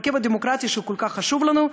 שהוא כל כך חשוב לנו,